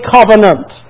Covenant